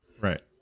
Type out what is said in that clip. right